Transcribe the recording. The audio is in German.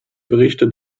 berichte